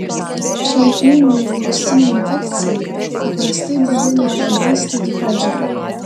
šiai ūminei virusinei infekcijai paprastai būdinga labai staigi pradžia